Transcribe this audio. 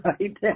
right